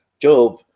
job